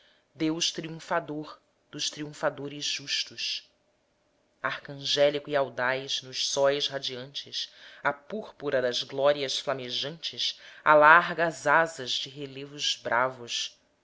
deus triunfador dos triunfadores justos arcangélico e audaz nos sóis radiantes a púrpura das glórias flamejantes alarga as asas de relevos bravos